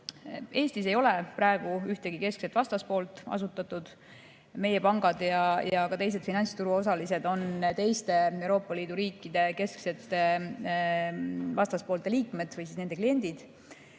Eestis ei ole praegu ühtegi keskset vastaspoolt asutatud. Meie pangad ja teised finantsturuosalised on teiste Euroopa Liidu riikide kesksete vastaspoolte liikmed või nende kliendid.